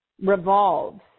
revolves